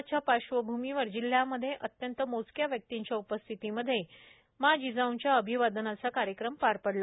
corona पार्श्वभूमीवर जिल्ह्यांमध्ये अत्यंत मोजक्या व्यक्तींच्या उपस्थितीमध्ये माँ जिजाऊंच्या अभिवादनाचा कार्यक्रम पार पडला